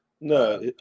No